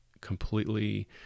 completely